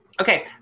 okay